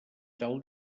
tal